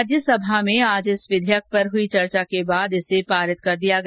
राज्यसभा में आज इस विधेयक पर हुई चर्चा के बाद इसे पारित कर दिया गया